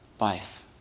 life